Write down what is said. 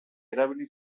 erabili